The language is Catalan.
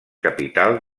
capital